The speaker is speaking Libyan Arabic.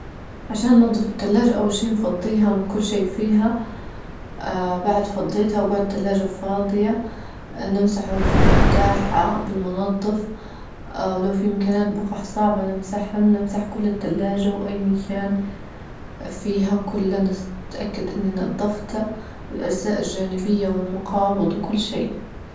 عشان ننضف التلاجة أول شي نفضيها من كل شي فيها، بعد فضيتها وجوة التلاجة فاضية، اه نمسح الرفوف بتاعها بالمنظف، أو لو في مكانات بقع صعبة نمسحهن ونمسح كل التلاجة وأي مكان فيها كلها نتأكد إني نظفتها الأجزاء الجانبية والمقابض وكل شي.